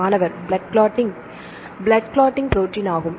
மாணவர் blood clotting blood clotting protein ஆகும்